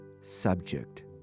subject